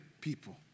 people